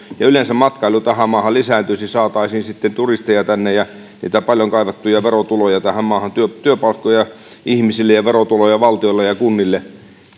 ja yleensä matkailu tähän maahan lisääntyisi saataisiin sitten turisteja tänne ja niitä paljon kaivattuja verotuloja tähän maahan työpaikkoja ihmisille ja verotuloja valtiolle ja kunnille